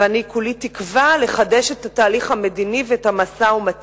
ואני כולי תקווה לחדש את התהליך המדיני ואת המשא-ומתן.